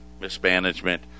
Mismanagement